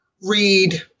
read